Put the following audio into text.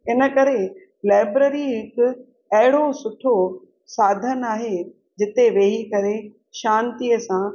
इन करे लाएबररी हिकु अहिड़ो सुठो साधन आहे जिते वेही करे शांतीअ सां